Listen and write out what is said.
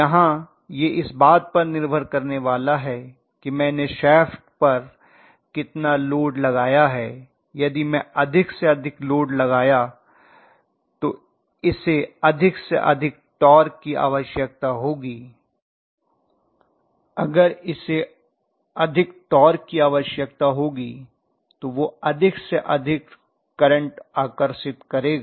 यहाँ यह इस बात पर निर्भर करने वाला है कि मैंने शाफ्ट पर कितना लोड लगाया है यदि मैं अधिक से अधिक लोड लगाया तो इसे अधिक से अधिक टार्क की आवश्यकता होगी अगर इसे अधिक टार्क की आवश्यकता होगी तो वह अधिक से अधिक करंट आकर्षित करेगा